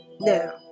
now